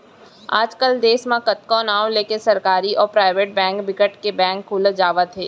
आज कल देस म कतको नांव लेके सरकारी अउ पराइबेट बेंक बिकट के बेंक खुलत जावत हे